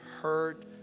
hurt